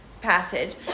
passage